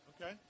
Okay